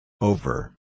Over